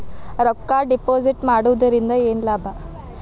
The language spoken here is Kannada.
ರೊಕ್ಕ ಡಿಪಾಸಿಟ್ ಮಾಡುವುದರಿಂದ ಏನ್ ಲಾಭ?